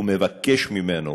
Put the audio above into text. ומבקש ממנו: